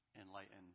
enlightened